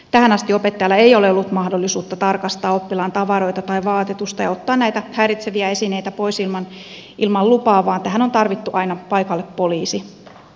tähän asti opettajalla ei ole ollut mahdollisuutta tarkastaa oppilaan tavaroita tai vaatetusta ja ottaa näitä häiritseviä esineitä pois ilman lupaa vaan tähän on tarvittu aina paikalle poliisi